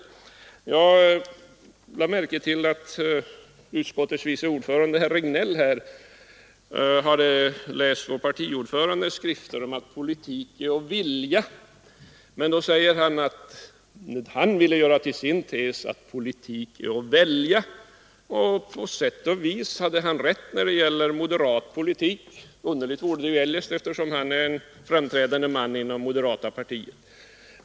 Sedan noterade jag att utskottets vice ordförande herr Regnéll tydligen har läst vad vår partiordförande har sagt, att politik är att vilja. Herr Regnéll ville emellertid göra det till sin tes att politik är att välja — och på sätt och vis hade han rätt när det gäller moderat politik. Underligt vore det ju annars, eftersom herr Regnéll är en framträdande man inom moderata samlingspartiet.